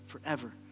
forever